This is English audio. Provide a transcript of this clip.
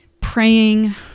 praying